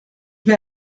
l’ai